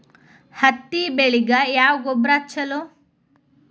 ಹತ್ತಿ ಬೆಳಿಗ ಯಾವ ಗೊಬ್ಬರ ಛಲೋ?